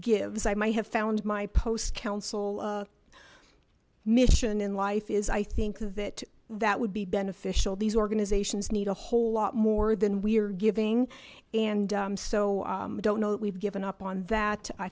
gives i might have found my post council mission in life is i think that that would be beneficial these organizations need a whole lot more than we are giving and so i don't know that we've given up on that i